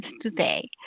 today